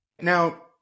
Now